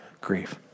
grief